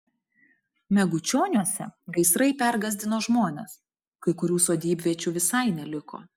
megučioniuose gaisrai pergąsdino žmones kai kurių sodybviečių visai neliko